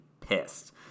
pissed